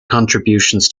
contributions